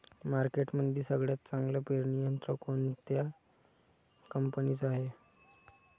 मार्केटमंदी सगळ्यात चांगलं पेरणी यंत्र कोनत्या कंपनीचं हाये?